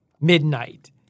midnight